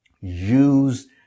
use